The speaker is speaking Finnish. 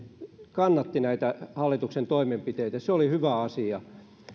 kannatti näitä hallituksen toimenpiteitä se oli hyvä asia